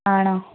ആണോ